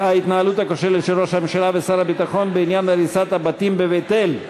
ההתנהלות הכושלת של ראש הממשלה ושר הביטחון בעניין הריסת הבתים בבית-אל.